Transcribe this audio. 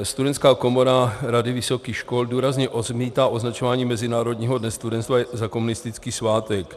Studentská komora Rady vysokých škol důrazně odmítá označování Mezinárodního dne studentstva za komunistický svátek.